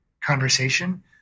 conversation